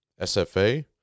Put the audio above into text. SFA